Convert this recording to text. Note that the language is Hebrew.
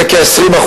זה כ-20%.